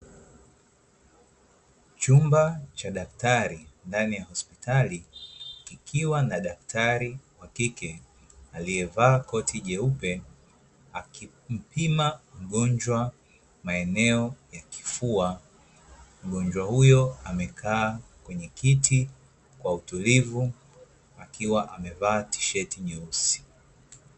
Chumba cha daktari ndani ya hospitali, kikiwa na daktari wa kike aliyevaa koti jeupe, akimpima mgonjwa maeneo ya kifua. Mgonjwa huyo amekaa kwenye kiti kwa kutulivu, akiwa amevaa tisheti nyeusi.